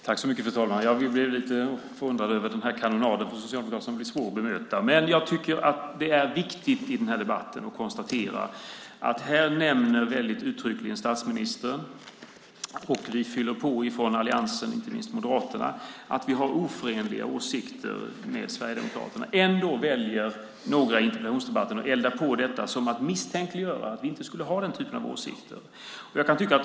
Fru talman! Jag blev lite förvånad över den här kanonaden från Socialdemokraterna. Den blir svår att bemöta. Det är viktigt att konstatera att statsministern uttryckligen säger, och att vi från alliansen - inte minst från Moderaterna - fyller på, att vi har oförenliga åsikter med Sverigedemokraterna. Ändå väljer några i interpellationsdebatten att elda på detta och misstänkliggöra oss för att inte ha den typen av åsikter.